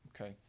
okay